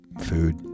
food